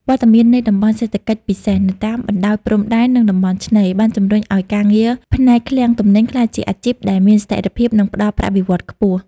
វត្តមាននៃតំបន់សេដ្ឋកិច្ចពិសេស នៅតាមបណ្ដោយព្រំដែន និងតំបន់ឆ្នេរ បានជំរុញឱ្យការងារផ្នែកឃ្លាំងទំនិញក្លាយជាអាជីពដែលមានស្ថិរភាព និងផ្ដល់ប្រាក់បៀវត្សរ៍ខ្ពស់។